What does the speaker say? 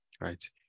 right